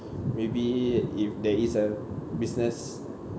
maybe if there is a business